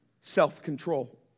self-control